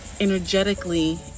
energetically